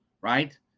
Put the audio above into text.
Right